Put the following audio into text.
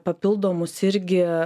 papildomus irgi